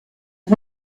and